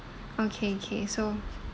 okay okay so